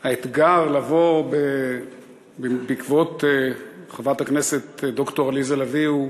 האתגר לבוא בעקבות חברת הכנסת ד"ר עליזה לביא הוא